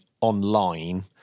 online